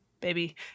baby